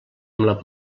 amb